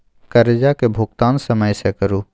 करजाक भूगतान समय सँ करु